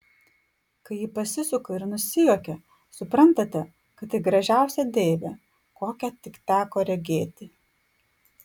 kai ji pasisuka ir nusijuokia suprantate kad tai gražiausia deivė kokią tik teko regėti